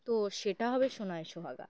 তো সেটা হবে সোনায় সোহাগা